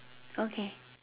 okay